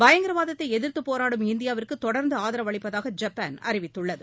பயங்கரவாதத்தை எதிர்த்துப் போராடும் இந்தியாவுக்கு தொடர்ந்து ஆதரவு அளிப்பதாக ஜப்பான் அறிவித்தள்ளது